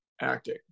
acting